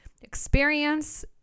experience